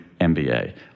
MBA